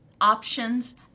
options